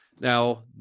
Now